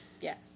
Yes